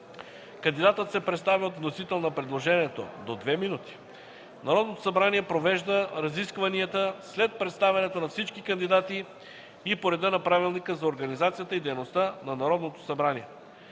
Кандидатът се представя от вносител на предложението – до 2 минути. Народното събрание провежда разискванията след представянето на всички кандидати и по реда на Правилника за организацията и дейността на Народното събрание.